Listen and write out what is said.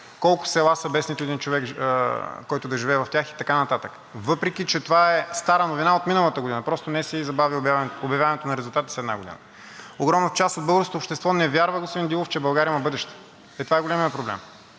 колко села са без нито един човек, който да живее в тях, и така нататък, въпреки че това е стара новина от миналата година, просто НСИ забави обявяването на резултатите с една година. Огромната част от българското общество не вярва, господин Дилов, че България има бъдеще, и това е големият проблем.